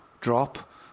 drop